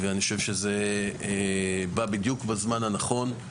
אני חושב שזה בא בדיוק בזמן הנכון,